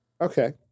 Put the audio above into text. Okay